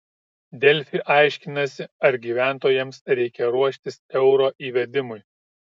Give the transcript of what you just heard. delfi aiškinasi ar gyventojams reikia ruoštis euro įvedimui